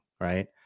Right